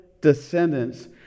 descendants